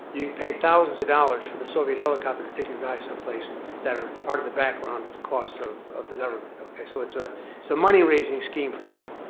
you pay thousands of dollars for the soviet helicopter to take your guys some place that are part of the background cost of of the government. okay, so it's a so money raising scheme for them,